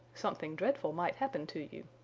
something dreadful might happen to you.